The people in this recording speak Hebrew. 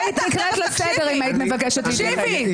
את היית נקראת לסדר אם היית מבקשת להתייחס.